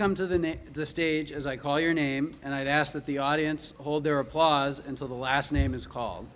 come to the next stage as i call your name and i'd ask that the audience hold their applause until the last name is called